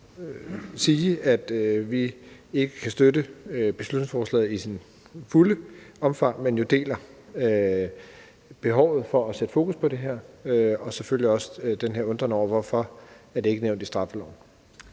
sige, at vi ikke kan støtte beslutningsforslaget i dets fulde omfang, men at vi jo deler behovet for at sætte fokus på det her og selvfølgelig også den her undren over, hvorfor det ikke er nævnt i straffeloven.